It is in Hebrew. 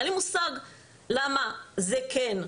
אין לי מושג למה זה כן,